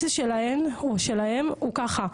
האופציה שלהם הוא ככה,